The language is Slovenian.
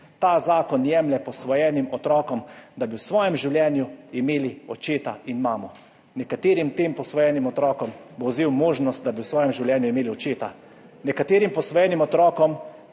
Ta zakon jemlje posvojenim otrokom, da bi v svojem življenju imeli očeta in mamo. Nekaterim tem posvojenim otrokom bo vzel možnost, da bi v svojem življenju imeli očeta. Nekaterim posvojenim otrokom